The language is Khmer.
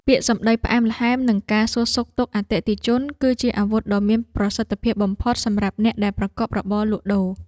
ពាក្យសម្តីផ្អែមល្ហែមនិងការសួរសុខទុក្ខអតិថិជន គឺជាអាវុធដ៏មានប្រសិទ្ធភាពបំផុតសម្រាប់អ្នកដែលប្រកបរបរលក់ដូរ។